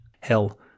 Hell